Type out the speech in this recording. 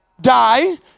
die